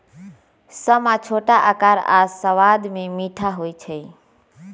समा छोट अकार आऽ सबाद में मीठ होइ छइ